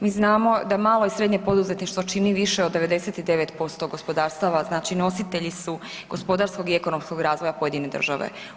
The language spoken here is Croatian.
Mi znamo da malo i srednje poduzetništvo čini više od 99% gospodarstava, znači nositelji su gospodarskog i ekonomskog razvoja pojedine države.